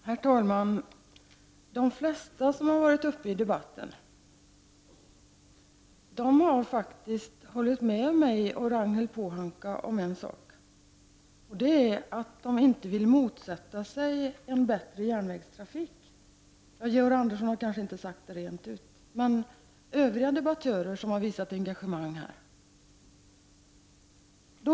Herr talman! De flesta som har varit uppe i debatten har faktiskt hållit med mig och Ragnhild Pohanka på en punkt: de vill inte motsätta sig en bättre järnvägstrafik. Georg Andersson har kanske inte sagt det rent ut, men övriga debattörer som har visat engagemang här har gjort det.